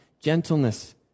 gentleness